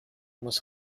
muss